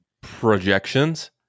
projections